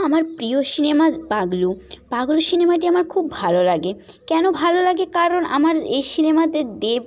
আমার প্রিয় সিনেমা পাগলু পাগলু সিনেমাটি আমার খুব ভালো লাগে কেন ভালো লাগে কারণ আমার এই সিনেমাতে দেব